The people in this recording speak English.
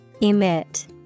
Emit